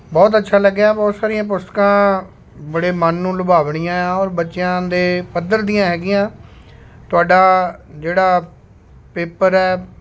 ਬਹੁਤ ਅੱਛਾ ਲੱਗਿਆ ਬਹੁਤ ਸਾਰੀਆਂ ਪੁਸਤਕਾਂ ਬੜੇ ਮਨ ਨੂੰ ਲੁਭਾਵਣੀਆਂ ਹੈ ਔਰ ਬੱਚਿਆਂ ਦੇ ਪੱਧਰ ਦੀਆਂ ਹੈਗੀਆਂ ਤੁਹਾਡਾ ਜਿਹੜਾ ਪੇਪਰ ਹੈ